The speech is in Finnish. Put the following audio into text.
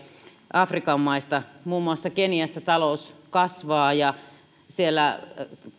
afrikan maista muun muassa keniassa talous kasvaa ja siellä